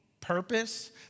purpose